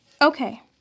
Okay